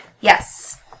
Yes